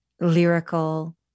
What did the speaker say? lyrical